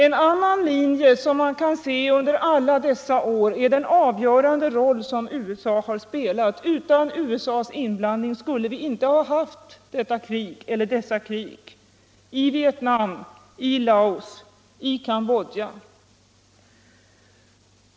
En annan linje som man kan se under alla dessa år är den avgörande roll som USA har spelat. Utan USA:s inblandning skulle vi inte ha haft dessa krig - i Vietnam, i Laos, i Cambodja.